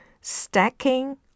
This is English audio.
stacking